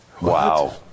Wow